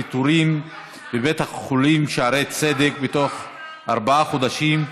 בנושא: פיטורים בבית חולים שערי צדק: בתוך ארבעה חודשים,